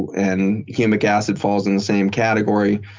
and humic acid falls in the same category.